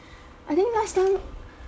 I think last time